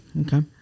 Okay